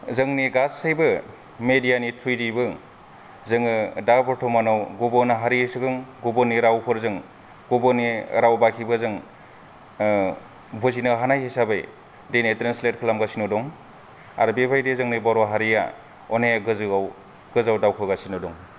जोंनि गासैबो मेडियानि थ्र'यैबो जोङो दा बर्थमानाव गुबु हारि सुबुं गुबुननि रावफोरजों गुबुननि राव बाखिफोरजों आह बुजिनो हानाय हिसाबै दिनै ट्रेन्सलेट खालामगासिनो दं आरो बेबायदि जोंनि बर' हारिआ अनेक गोजौआव गोजौआव दावखोगासिनो दं